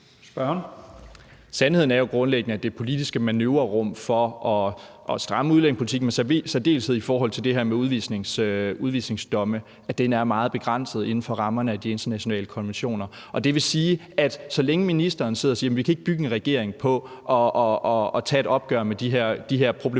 Sandheden er jo grundlæggende, at det politiske manøvrerum for at stramme udlændingepolitikken, i særdeleshed i forhold til det her med udvisningsdomme, er meget begrænset inden for rammerne af de internationale konventioner. Det vil sige, at så længe ministeren sidder og siger, at vi ikke kan bygge en regering på at tage et opgør med de her problematiske